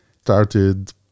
started